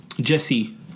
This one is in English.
Jesse